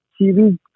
TV